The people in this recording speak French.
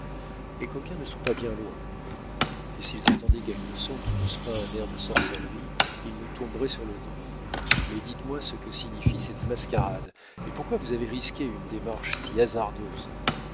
les coquins ne sont pas bien loin et s'ils entendaient quelques sons qui n'eussent pas un air de sorcellerie ils nous tomberaient sur le dos mais dites-moi ce que signifie cette mascarade et pourquoi vous avez risqué une démarche si hasardeuse